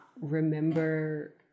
remember